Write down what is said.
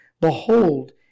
Behold